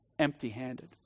empty-handed